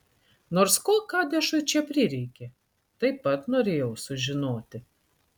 nors ko kadešui čia prireikė taip pat norėjau sužinoti